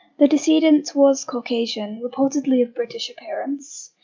the decedent was caucasian, reportedly of british appearance,